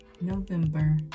November